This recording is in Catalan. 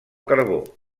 carbó